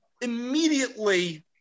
immediately